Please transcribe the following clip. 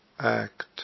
act